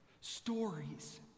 Stories